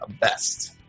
Best